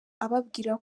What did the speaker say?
ababwira